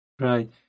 Right